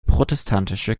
protestantische